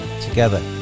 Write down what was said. together